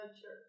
sure